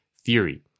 theory